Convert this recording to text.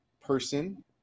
person